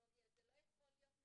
זה לא יכול להיות מנותק מהטכנולוגיות,